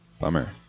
Bummer